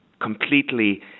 completely